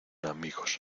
amigos